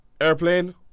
Airplane